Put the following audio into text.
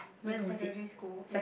in secondary school